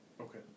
Okay